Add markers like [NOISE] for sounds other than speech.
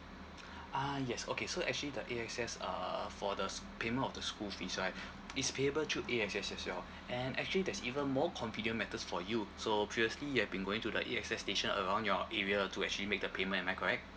[BREATH] ah yes okay so actually the A_X_S uh for the s~ payment of the school fees right [BREATH] it's payable through A_X_S as well and actually there's even more convenient methods for you so previously you have been going to the A_X_S station around your area to actually make the payment am I correct